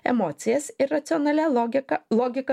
emocijas ir racionalia logika logika